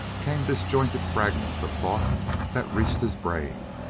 came disjointed fragments of thought that reached his brain,